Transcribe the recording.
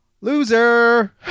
Loser